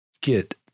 get